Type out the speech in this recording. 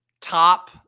Top